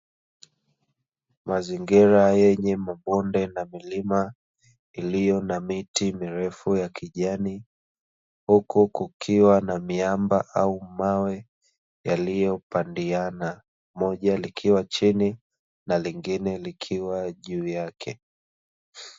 Mazingira yenye mabonde na milima iliyo na miti mirefu ya kijani. Huku kukiwa na miamba au mawe yaliyopandiana, moja likiwa chini na lingine likiwa juu yake.